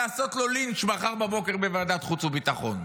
לעשות לו לינץ' מחר בבוקר בוועדת חוץ וביטחון?